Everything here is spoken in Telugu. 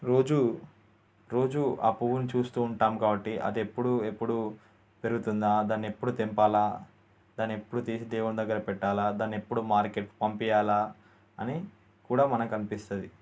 రోజు రోజు ఆ పువ్వుని చూస్తూ ఉంటాం కాబట్టి అది ఎప్పుడు ఎప్పుడు పెరుగుతుందా దాన్ని ఎప్పుడు తెంపాలా దాన్ని ఎప్పుడు తీసి దేవుని దగ్గర పెట్టాలా దాన్ని ఎప్పుడు మార్కెట్ పంపియాలి అని కూడా మనకు కనిపిస్తుంది